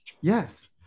yes